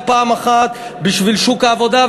ופעם אחת בשביל שוק העבודה,